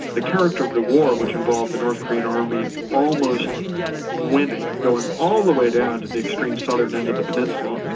the character of the war, which involved the north korean army almost winning, going all the way down to the extreme southern end of the peninsula,